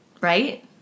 Right